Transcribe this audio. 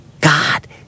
God